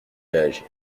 réagir